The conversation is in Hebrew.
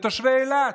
בתושבי אילת.